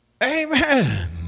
Amen